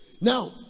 Now